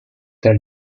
tra